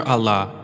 Allah